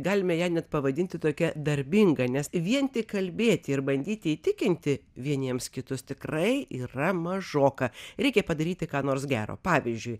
galime ją net pavadinti tokia darbinga nes vien tik kalbėti ir bandyti įtikinti vieniems kitus tikrai yra mažoka reikia padaryti ką nors gero pavyzdžiui